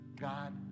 God